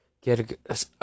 Get